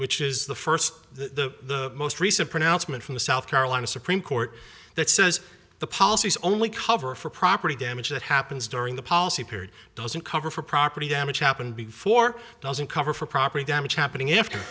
which is the first the most recent pronouncement from the south carolina supreme court that says the policies only cover for property damage that happens during the policy period doesn't cover for property damage happened before doesn't cover for property damage happening after